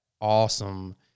awesome